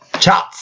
Ciao